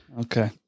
Okay